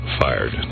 fired